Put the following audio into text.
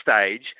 stage